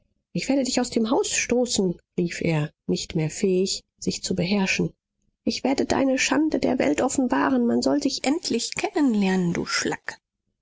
ich werde dich aus dem haus stoßen rief er nicht mehr fähig sich zu beherrschen ich werde deine schande der welt offenbaren man soll dich endlich kennen lernen du